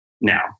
now